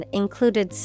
included